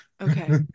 Okay